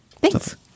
Thanks